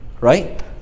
Right